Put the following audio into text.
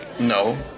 No